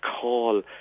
call